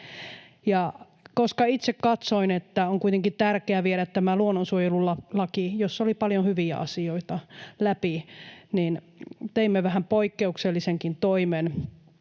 Koska itse katsoin, että oli kuitenkin tärkeää viedä läpi tämä luonnonsuojelulaki, jossa oli paljon hyviä asioita, niin teimme vähän poikkeuksellisenkin toimen